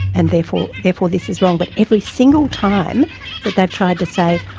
and therefore therefore this is wrong', but every single time that they've tried to say,